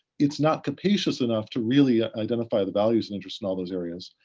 it's not capacious enough to really identify the values and interest in all those areas.